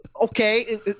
Okay